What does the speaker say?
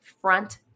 front